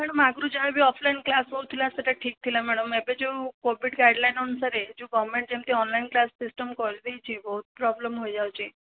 madam ଆଗରୁ ଯାହା ବି ଅଫ୍ଲାଇନ୍ କ୍ଳାସ ହଉଥିଲା ସେଇଟା ଠିକ୍ ଥିଲା ମ୍ୟାଡ଼ମ ଏବେ ଯେଉଁ କୋଭିଡ଼ ଗାଇଡ଼ଲାଇନ ଅନୁସାରେ ଯେଉଁ ଗଭମେଣ୍ଟ ଯେମିତି ଅନ୍ଲାଇନ୍ କ୍ଳାସ ସିଷ୍ଟମ କରିଦେଇଛି ବହୁତ ପ୍ରବ୍ଲେମ ହୋଇଯାଉଛି